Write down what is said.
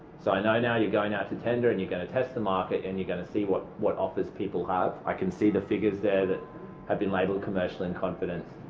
so i and know now you're going out to tender and you're going to test the market and you're going to see what what offers people have. i can see the figures there that have been labelled commercial-in-confidence.